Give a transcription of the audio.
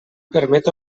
permet